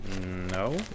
No